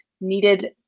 needed